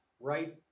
right